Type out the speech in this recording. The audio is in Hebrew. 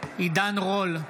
עידן רול,